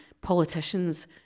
politicians